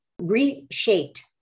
reshaped